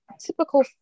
typical